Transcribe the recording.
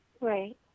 Right